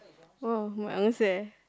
oh my answer eh